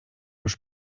już